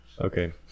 Okay